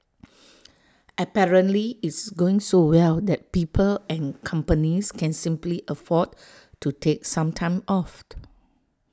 apparently IT is going so well that people and companies can simply afford to take some time off